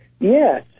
Yes